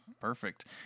Perfect